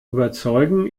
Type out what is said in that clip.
überzeugen